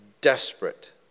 desperate